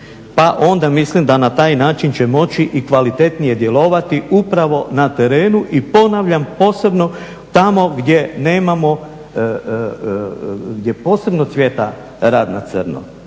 Pa onda mislim da na taj način će moći i kvalitetnije djelovati upravo na terenu i ponavljam posebno tamo gdje nemamo, gdje posebno cvijeta rad na crno.